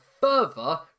further